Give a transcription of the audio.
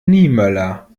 niemöller